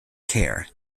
care